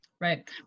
Right